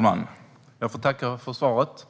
Fru talman! Jag tackar för svaret.